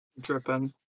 Dripping